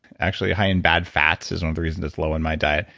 actually high in bad fats is one of the reasons it's low in my diet.